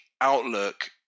outlook